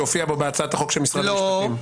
שהופיע בו בהצעת החוק של משרד המשפטים.